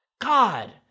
God